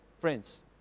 friends